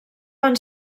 van